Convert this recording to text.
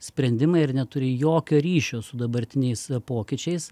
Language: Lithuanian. sprendimai ir neturi jokio ryšio su dabartiniais pokyčiais